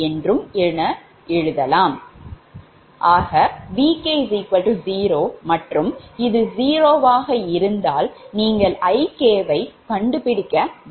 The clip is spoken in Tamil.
என்றும் என எழுதலாம் ஆக Vk0மற்றும் இது 0 ஆக இருந்தால் நீங்கள் Ik வை கண்டுபிடிக்க வேண்டும்